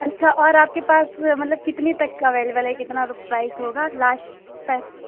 اچھا اور آپ کے پاس مطلب کتنی تک کا اویلیبل ہے کتنا پرائز ہوگا لاسٹ تک